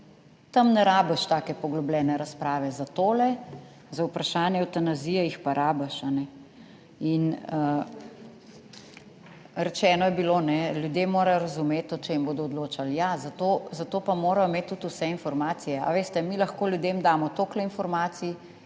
Tam ne rabiš take poglobljene razprave za tole, za vprašanje evtanazije jih pa rabiš. In rečeno je bilo, ljudje morajo razumeti o čem bodo odločali. Ja, zato pa morajo imeti tudi vse informacije. Veste, mi lahko ljudem damo toliko informacij